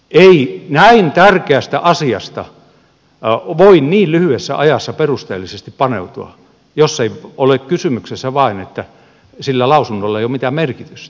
ei näin tärkeään asiaan voi niin lyhyessä ajassa perusteellisesti paneutua jos vain ei ole kysymyksessä se että sillä lausunnolla ei ole mitään merkitystä